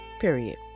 Period